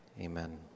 Amen